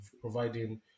providing